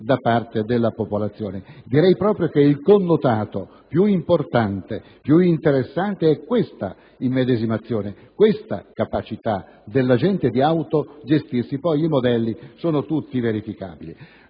da parte della popolazione; direi che il connotato più importante e più interessante è l'immedesimazione, la capacità della gente di autogestirsi, poi i modelli sono tutti verificabili.